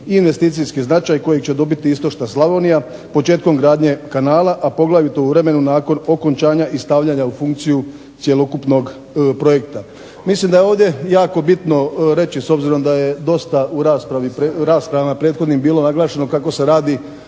i investicijski značaj kojeg će dobiti istočna Slavonija početkom gradnje kanala, a poglavito u vremenu nakon okončanja i stavljanja u funkciju cjelokupnog projekta. Mislim da je ovdje jako bitno reći, s obzirom da je dosta u raspravama prethodnim bilo naglašeno kako se radi